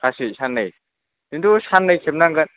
सासे सानै खिन्थु साननै खेबनांगोन